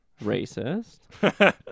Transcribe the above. racist